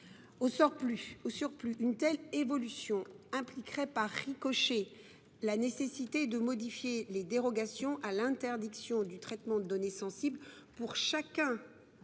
Au surplus, une telle évolution impliquerait, par ricochet, la nécessité de modifier les dérogations à l’interdiction du traitement de données sensibles pour chacun